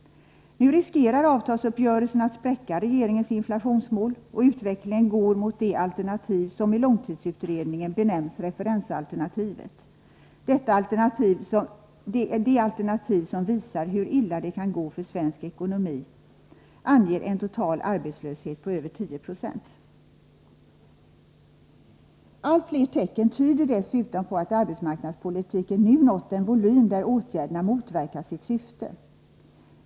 Nu riskerar avtalsuppgörelserna att spräcka regeringens inflationsmål, och utvecklingen går mot det alternativ som i långtidsutredningen benämns referensalternativet. Detta alternativ, som visar hur illa det kan gå för svensk ekonomi, anger en total arbetslöshet på över 10 90. Allt fler tecken tyder dessutom på att arbetsmarknadspolitiken nu nått en volym där åtgärderna motverkar sitt syfte.